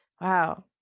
wow